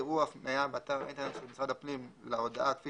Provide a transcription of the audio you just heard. יראו הפניה באתר האינטרנט של משרד הפנים להודעה כפי